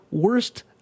worst